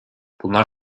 bunlar